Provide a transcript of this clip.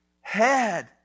head